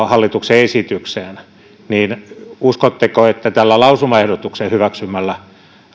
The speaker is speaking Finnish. hallituksen esitykseen uskotteko että tämän lausumaehdotuksen hyväksymällä